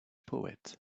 poet